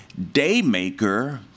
Daymaker